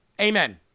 Amen